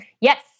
Yes